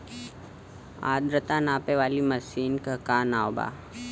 आद्रता नापे वाली मशीन क का नाव बा?